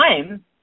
time